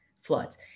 floods